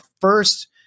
first